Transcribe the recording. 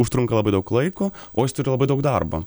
užtrunka labai daug laiko o jis turi labai daug darbo